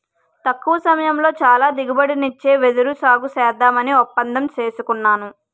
తక్కువ సమయంలో చాలా దిగుబడినిచ్చే వెదురు సాగుసేద్దామని ఒప్పందం సేసుకున్నాను